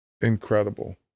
incredible